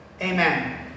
Amen